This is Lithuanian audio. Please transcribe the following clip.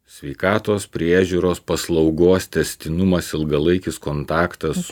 sveikatos priežiūros paslaugos tęstinumas ilgalaikis kontaktas